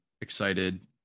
excited